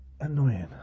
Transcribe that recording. annoying